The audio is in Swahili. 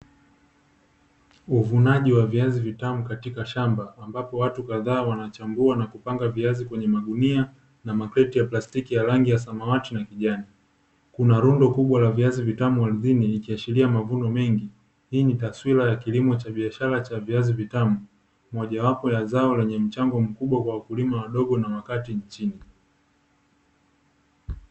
Uvunaji wa viazi vitamu katika shamba ambapo watu kadha wanachambua na kupanga viazi kwenye magunia na makreti ya plastiki rangi ya samawati na kijani, kuna rundo kubwa la viazi vitamu ardhini ikiashiria mavuno mengi hii ni taswira ya kilimo cha biashara cha viazi vitamu mojawapo ya zao lenye mchango mkubwa kwa wakulima wadogo na makati nchini.